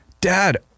dad